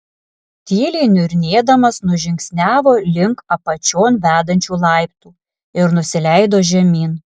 tyliai niurnėdamas nužingsniavo link apačion vedančių laiptų ir nusileido žemyn